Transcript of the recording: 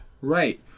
Right